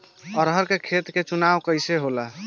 अरहर के खेत के चुनाव कइसे होला?